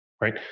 Right